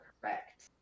correct